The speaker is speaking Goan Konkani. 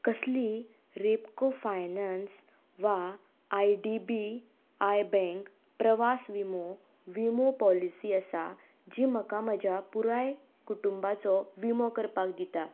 कसली रेपको फायनान्स वा I D B I bank प्रवास विमो विमो पॉलिसी आसा जी म्हाका म्हज्या पुराय कुटुंबाचो विमो करपाक दिता